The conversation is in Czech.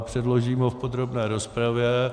Předložím ho v podrobné rozpravě.